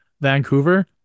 Vancouver